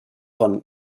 von